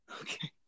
Okay